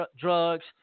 drugs